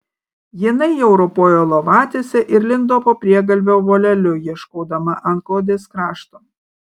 jinai jau ropojo lovatiese ir lindo po priegalvio voleliu ieškodama antklodės krašto